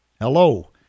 Hello